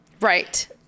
Right